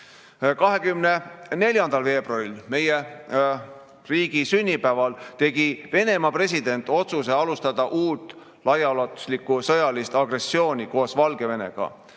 24. veebruaril, meie riigi sünnipäeval, tegi Venemaa president otsuse alustada uut laiaulatuslikku sõjalist agressiooni koos Valgevenega